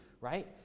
right